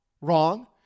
Wrong